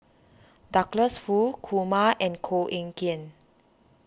Douglas Foo Kumar and Koh Eng Kian